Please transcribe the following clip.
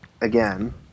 Again